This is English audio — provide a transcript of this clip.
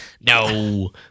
No